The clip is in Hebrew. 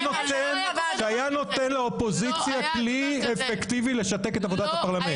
שהיה נותן לאופוזיציה כלי אפקטיבי לשתק את עבודת הפרלמנט.